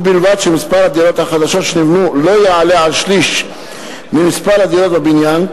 ובלבד שמספר הדירות החדשות שנבנו לא יעלה על שליש ממספר הדירות בבניין,